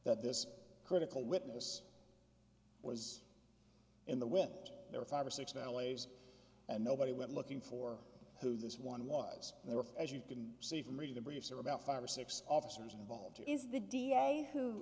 that this critical witness was in the when there were five or six families and nobody went looking for who this one was they were as you can see from reading the briefs are about five or six officers involved is the da who